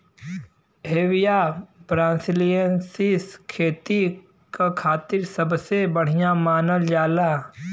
Hevea brasiliensis खेती क खातिर सबसे बढ़िया मानल जाला